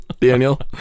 Daniel